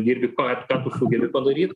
dirbi ką ką tu sugebi padaryt